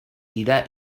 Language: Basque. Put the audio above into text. dira